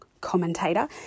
commentator